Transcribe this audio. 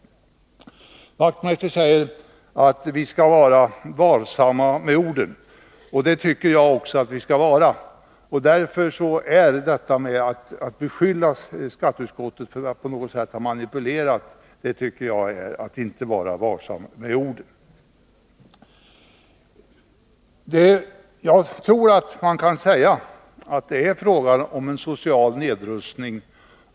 Knut Wachtmeister säger att vi skall vara varsamma med orden. Det tycker jag också att vi skall vara. Att beskylla skatteutskottet för att på något sätt ha manipulerat tycker jag är att inte vara varsam med orden. Jag tror att man kan säga att det är fråga om en social nedrustning.